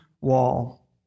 wall